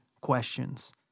questions